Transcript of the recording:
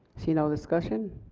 seeing no discussion,